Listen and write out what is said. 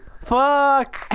Fuck